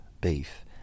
Beef